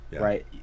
right